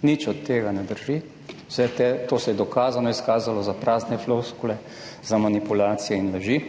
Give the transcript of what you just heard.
Nič od tega ne drži. Vse to se je dokazano izkazalo za prazne floskule, za manipulacije in laži.